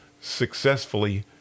successfully